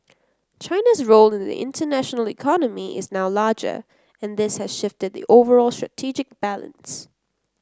China's role in the international economy is now larger and this has shifted the overall strategic balance